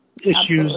issues